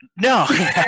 No